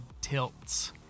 tilts